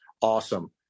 Awesome